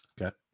Okay